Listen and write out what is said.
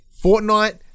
Fortnite